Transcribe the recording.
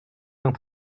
vingt